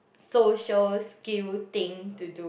social skill thing to do